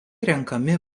renkami